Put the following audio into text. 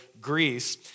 Greece